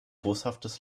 boshaftes